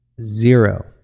zero